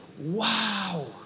wow